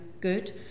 good